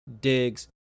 digs